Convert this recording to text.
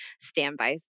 standby